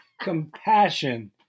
compassion